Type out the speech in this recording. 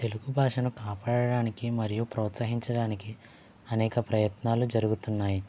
తెలుగు భాషను కాపాడడానికి మరియు ప్రోత్సహించడానికి అనేక ప్రయత్నాలు జరుగుతున్నాయి